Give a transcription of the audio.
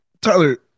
Tyler